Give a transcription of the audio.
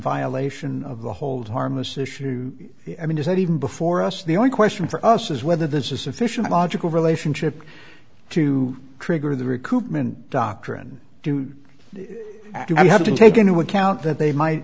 violation of the hold harmless issue i mean is that even before us the only question for us is whether this is sufficient logical relationship to trigger the recoupment doctrine do you have to take into account that they might